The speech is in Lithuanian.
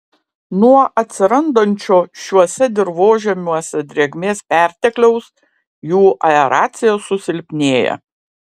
nuo atsirandančio šiuose dirvožemiuose drėgmės pertekliaus jų aeracija susilpnėja